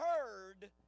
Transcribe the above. heard